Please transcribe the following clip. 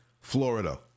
Florida